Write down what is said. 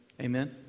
Amen